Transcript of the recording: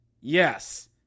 Yes